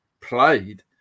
played